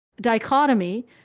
dichotomy